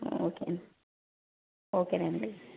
okay అండి ఓకేనండి